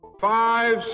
Five